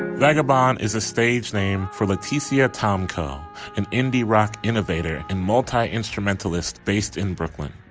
vagabond is a stage name for the tcm tom carr an indie rock innovator and multi instrumentalist based in brooklyn.